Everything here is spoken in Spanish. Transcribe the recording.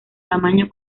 tamaño